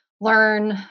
learn